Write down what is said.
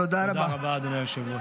תודה רבה, אדוני היושב-ראש.